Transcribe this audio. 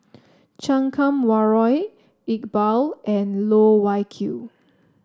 Chan Kum Wah Roy Iqbal and Loh Wai Kiew